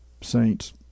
saints